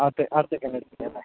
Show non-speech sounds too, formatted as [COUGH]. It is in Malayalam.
[UNINTELLIGIBLE]